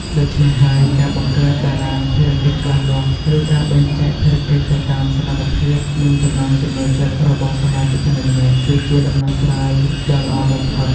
ដូច្នេះហើយ ការបង្កើតតារាងភារកិច្ចច្បាស់លាស់ ឬការបែងចែកភារកិច្ចទៅតាមសមត្ថភាព និងចំណង់ចំណូលចិត្តរបស់សមាជិកម្នាក់ៗ គឺជាដំណោះស្រាយដ៏ល្អបំផុត។